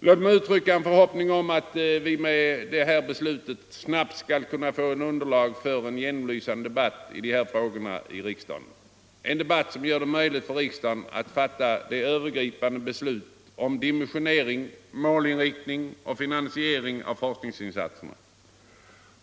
Låt mig uttrycka en förhoppning om att vi med detta beslut snabbt skall kunna få underlag för en genomlysande debatt i dessa frågor i riksdagen — en debatt som gör det möjligt för riksdagen att fatta de övergripande besluten om dimensionering, målinriktning och finansiering av forskningsinsatserna.